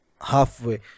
halfway